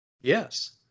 Yes